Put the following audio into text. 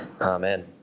Amen